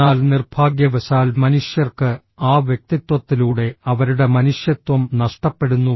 എന്നാൽ നിർഭാഗ്യവശാൽ മനുഷ്യർക്ക് ആ വ്യക്തിത്വത്തിലൂടെ അവരുടെ മനുഷ്യത്വം നഷ്ടപ്പെടുന്നു